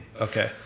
Okay